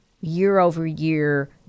year-over-year